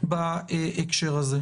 בהקשר הזה?